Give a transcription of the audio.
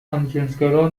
همجنسگرا